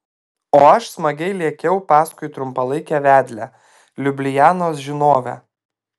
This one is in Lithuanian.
o aš smagiai lėkiau paskui trumpalaikę vedlę liublianos žinovę